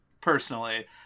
personally